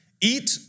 eat